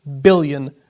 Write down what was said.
billion